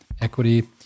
equity